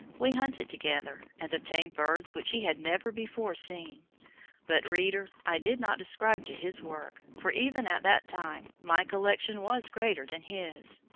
we hunted together and obtained birds which he had never before seen but, reader, i did not subscribe to his work, for, even at that time, my collection was greater than his.